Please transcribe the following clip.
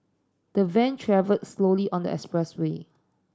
the van travelled slowly on the expressway